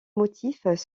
motifs